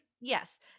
yes